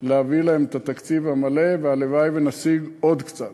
להביא להם את התקציב המלא, והלוואי שנשיג עוד קצת.